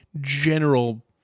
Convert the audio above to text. general